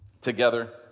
together